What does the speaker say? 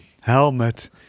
helmet